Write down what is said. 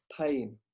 pain